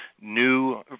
new